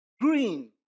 green